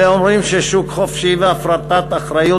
אלה אומרים ששוק חופשי והפרטת אחריות